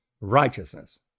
righteousness